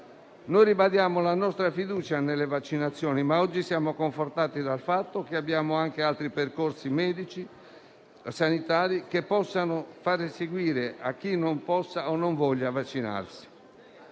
Ribadiamo la nostra fiducia nelle vaccinazioni, ma oggi siamo confortati dal fatto di avere anche altri percorsi sanitari da far seguire a chi non possa o non voglia vaccinarsi.